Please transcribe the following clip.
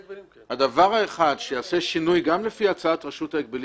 הדבר האחד שיעשה שינוי גם לפי הצעת רשות ההגבלים